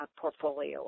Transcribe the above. portfolio